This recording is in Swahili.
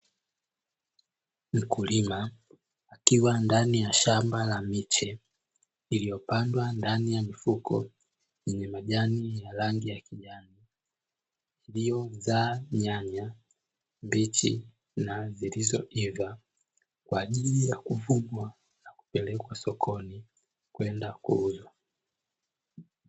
Mkulima akiwa ndani ya shamba la miche iliyopandwa ndani ya mifuko yenye majani ya rangi ya kijani, iliyozaa nyanya mbichi na zilizoiva, kwa ajili ya kuvunwa na kupelekwa sokoni kwenda kuuzwa.